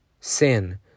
Sin